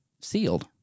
sealed